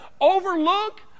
overlook